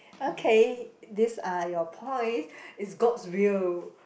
okay these are your points is god's will